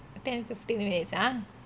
ten fifteen minutes ah mm